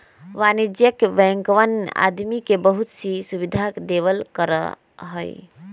वाणिज्यिक बैंकवन आदमी के बहुत सी सुविधा देवल करा हई